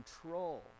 control